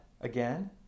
again